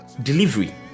delivery